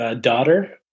daughter